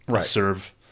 serve